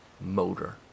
motor